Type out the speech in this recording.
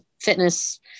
fitness